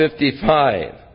55